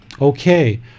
Okay